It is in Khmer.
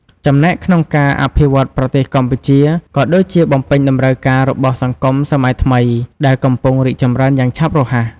ចំណែកក្នុងការអភិវឌ្ឍប្រទេសកម្ពុជា ក៏ដូចជាបំពេញតម្រូវការរបស់សង្គមសម័យថ្មីដែលកំពុងរីកចម្រើនយ៉ាងឆាប់រហ័ស។